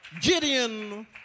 Gideon